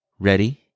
Ready